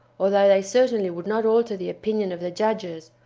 although they certainly would not alter the opinion of the judges,